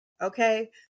Okay